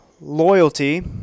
loyalty